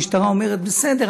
המשטרה אומרת: בסדר,